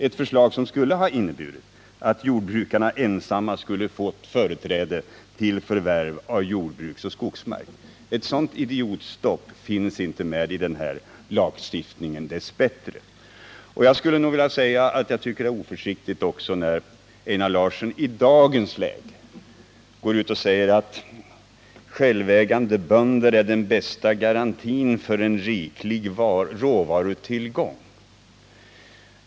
Det förslaget skulle ha inneburit att jordbrukarna ensamma hade kunnat få företräde till förvärv av jordbruksoch skogsmark. Ett sådant idiotstopp finns dess bättre inte med i denna lagstiftning. Jag tycker också att det i dagens läge är oförsiktigt av Einar Larsson att säga att självägande bönder är den bästa garantin för en riklig råvarutillgång.